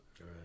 right